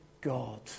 God